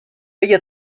ella